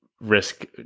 risk